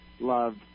loved